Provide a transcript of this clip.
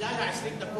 בגלל 20 הדקות,